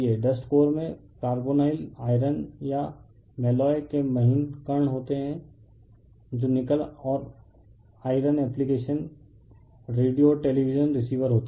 dust core में carbonyl iron या मॉलॉय के महीन कण होते हैं जो निकल और आयरन एप्लिकेशन रेडियो और टेलीविजन रिसीवर होते हैं